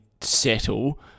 settle